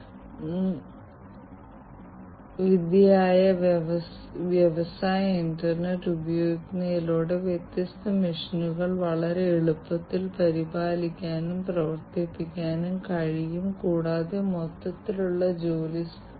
ഒരു IIoT യുടെ പശ്ചാത്തലത്തിൽ പുതിയ ആശയമായി മാറിയത് ഇതാണ് അത് ഓട്ടോമേഷൻ പരമ്പരാഗത automation plus network sensing actuation തീരുമാനങ്ങൾ എടുക്കൽ എന്നിവയാണ് കൂടാതെ IIoT ഇങ്ങനെയാണെന്ന് ഞാൻ നിർവ്വചിക്കും